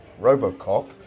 Robocop